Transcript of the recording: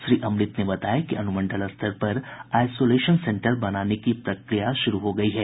श्री अमृत ने बताया कि अनुमंडल स्तर पर आईसोलेशन सेन्टर बनाने की प्रक्रिया शुरू हो गयी है